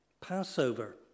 Passover